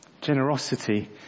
Generosity